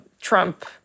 Trump